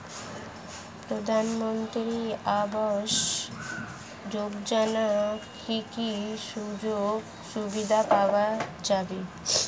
প্রধানমন্ত্রী আবাস যোজনা কি কি সুযোগ সুবিধা পাওয়া যাবে?